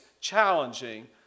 challenging